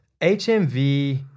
HMV